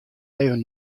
even